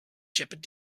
shepherd